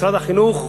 משרד החינוך,